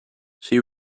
she